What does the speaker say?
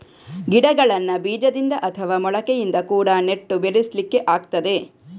ಗಿಡಗಳನ್ನ ಬೀಜದಿಂದ ಅಥವಾ ಮೊಳಕೆಯಿಂದ ಕೂಡಾ ನೆಟ್ಟು ಬೆಳೆಸ್ಲಿಕ್ಕೆ ಆಗ್ತದೆ